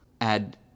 add